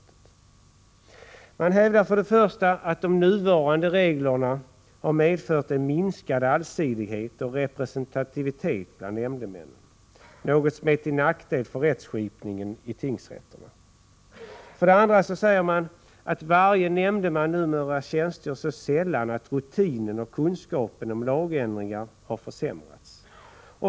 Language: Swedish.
Reservanterna hävdar för det första att de nuvarande reglerna har medfört en minskad allsidighet och representativitet bland nämndemännen — något som är till nackdel för rättskipningen i tingsrätterna. För det andra säger reservanterna att varje nämndeman numera tjänstgör så sällan att rutinen och kunskapen om lagändringar har försämrats.